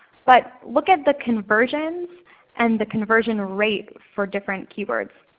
but look at the conversions and the conversion rate for different keywords.